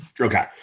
Okay